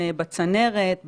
בצנרת,